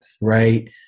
right